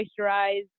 moisturize